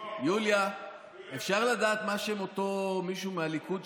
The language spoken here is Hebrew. יוליה, אפשר לדעת מה שם אותו מישהו מהליכוד?